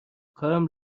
کارم